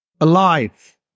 alive